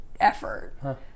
effort